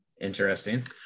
Interesting